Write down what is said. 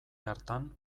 hartan